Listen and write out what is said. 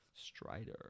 Strider